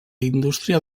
indústria